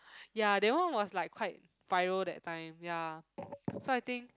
ya that one was like quite viral that time ya so I think